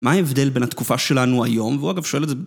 מה ההבדל בין התקופה שלנו היום? והוא אגב שואל את זה...